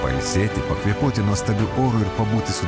pailsėti pakvėpuoti nuostabiu oru ir pabūti su